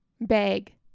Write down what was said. Bag